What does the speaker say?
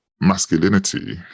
masculinity